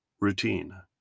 Routine